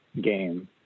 game